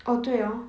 oh 对 orh